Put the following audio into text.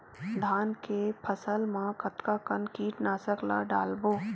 धान के फसल मा कतका कन कीटनाशक ला डलबो?